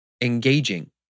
engaging